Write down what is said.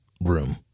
room